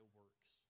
works